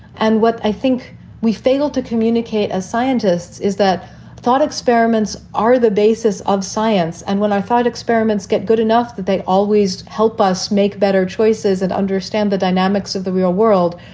and what i think we failed to communicate as scientists is that thought experiments are the basis of science. and when i thought experiments get good enough that they always help us make better choices and understand the dynamics of the real world.